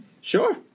Sure